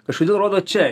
kažkodėl rodo čia